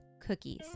cookies